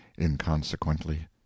inconsequently